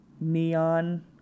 neon